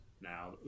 now